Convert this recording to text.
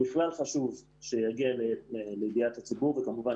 בכלל חשוב שיגיע לידיעת הציבור וכמובן